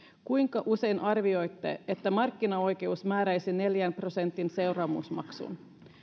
kuinka usein arvioitte että markkinaoikeus määräisi neljän prosentin seuraamusmaksun